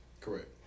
Correct